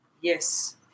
Yes